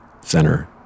center